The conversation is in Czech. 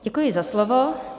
Děkuji za slovo.